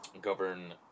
govern